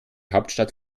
hauptstadt